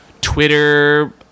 Twitter